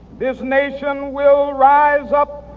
this nation will rise up